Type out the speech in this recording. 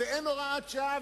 אין הוראת שעה,